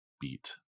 beat